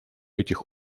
этих